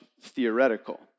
theoretical